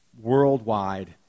worldwide